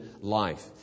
life